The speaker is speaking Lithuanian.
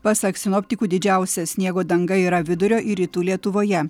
pasak sinoptikų didžiausia sniego danga yra vidurio ir rytų lietuvoje